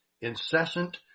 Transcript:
incessant